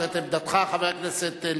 חבר הכנסת טיבי,